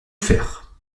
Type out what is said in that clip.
faire